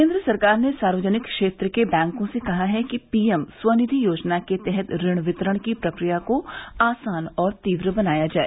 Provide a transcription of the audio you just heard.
केन्द्र सरकार ने सार्वजनिक क्षेत्र के बैंकों से कहा है कि पीएम स्वनिधि योजना के तहत ऋण वितरण की प्रक्रिया को आसान और तीव्र बनाया जाए